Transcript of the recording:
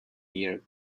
year